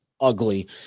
Ugly